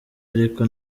ariko